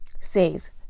says